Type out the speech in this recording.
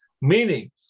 meaning